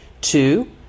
two